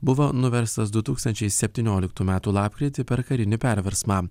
buvo nuverstas du tūkstančiai septynioliktų metų lapkritį per karinį perversmą